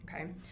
Okay